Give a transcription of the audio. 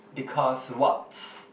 because what